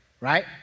right